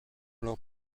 leur